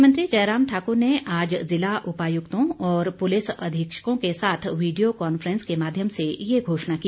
मुख्यमंत्री जयराम ठाक़र ने आज ज़िला उपायुक्तों और पुलिस अधीक्षकों के साथ वीडियो कॉन्फ्रेंस के माध्यम से ये घोषणा की